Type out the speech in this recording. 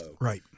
Right